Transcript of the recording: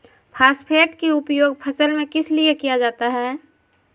Phosphate की उपयोग फसल में किस लिए किया जाता है?